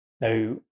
now